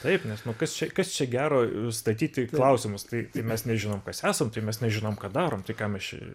taip nes nu kas čia kas čia gero statyti klausimus tai tai mes nežinom kas esam tai mes nežinom ką darome tai ką mes čia